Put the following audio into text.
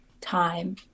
time